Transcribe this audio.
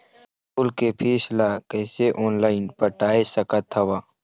School के fees ला कैसे ऑनलाइन पटाए सकत हव?